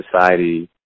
society